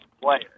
player